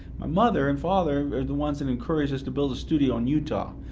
my mother and father are the ones that encouraged us to build a studio in utah.